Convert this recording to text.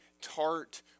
tart